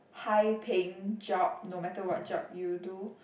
high paying job no matter what job you do